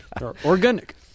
Organic